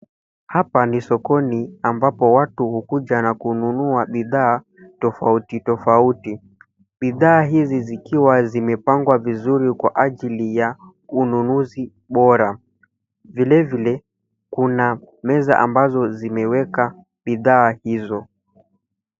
Hapa ni sokoni ambapo watu hukuja na kununua bidhaa tofauti tofauti. Bidhaa hizi zikiwa zimepangwa vizuri kwa ajili ya ununuzi bora. Vile vile, kuna meza ambazo zimewekwa bidhaa hizo.